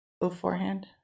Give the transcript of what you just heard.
Beforehand